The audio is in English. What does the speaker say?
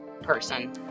person